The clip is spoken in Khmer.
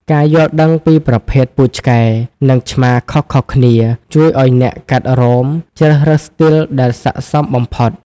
ការយល់ដឹងពីប្រភេទពូជឆ្កែ និងឆ្មាខុសៗគ្នា ជួយឱ្យអ្នកកាត់រោម ជ្រើសរើសស្ទីលដែលស័ក្តិសមបំផុត។